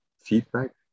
feedback